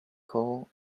call